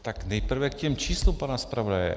Tak nejprve k těm číslům pana zpravodaje.